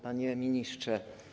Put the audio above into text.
Panie Ministrze!